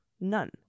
None